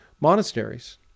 monasteries